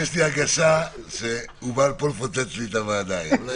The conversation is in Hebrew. יש לי הרגשה שהוא בא לפה לפוצץ לי את הוועדה היום.